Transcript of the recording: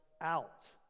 out